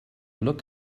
look